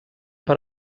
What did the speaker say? per